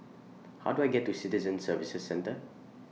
How Do I get to The Citizen Services Centre